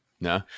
No